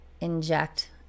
inject